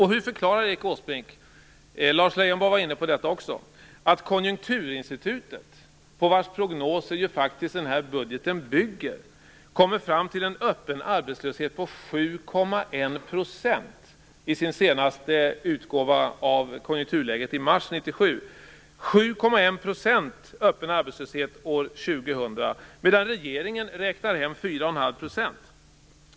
Hur förklarar Erik Åsbrink - Lars Leijonborg var inne på detta också - att Konjunkturinstitutet, på vars prognoser ju faktiskt den här budgeten bygger, i sin senaste utgåva om konjunkturläget i mars 1997 kom fram till en öppen arbetslöshet på 7,1 % år 2000, medan regeringen räknar hem 4,5 %?